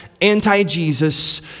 anti-Jesus